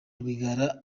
rwigara